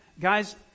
Guys